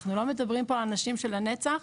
אנחנו לא מדברים על אנשים שלנצח,